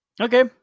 Okay